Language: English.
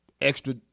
extra